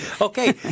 Okay